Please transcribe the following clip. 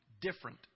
different